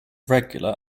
regular